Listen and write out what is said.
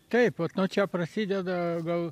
taip vat nuo čia prasideda gal